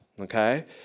okay